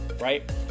right